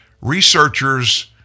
Researchers